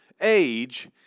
age